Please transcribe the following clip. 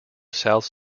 south